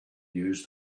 use